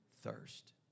thirst